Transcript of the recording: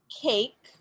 cake